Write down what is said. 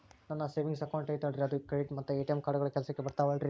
ನನ್ನ savings account ಐತಲ್ರೇ ಅದು ಕ್ರೆಡಿಟ್ ಮತ್ತ ಎ.ಟಿ.ಎಂ ಕಾರ್ಡುಗಳು ಕೆಲಸಕ್ಕೆ ಬರುತ್ತಾವಲ್ರಿ?